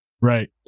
Right